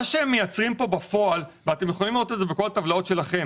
מה שהם מייצרים כאן בפועל ואתם יכולים לראות את זה בכל הטבלאות שלכם